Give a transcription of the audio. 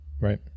right